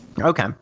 Okay